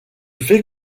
fait